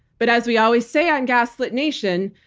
but as we always say on gaslit nation,